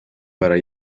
para